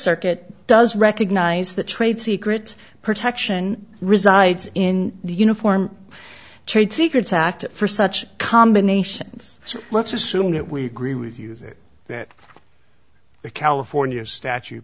circuit does recognize the trade secret protection resides in the uniform trade secrets act for such combinations so let's assume that we agree with you that that the california statu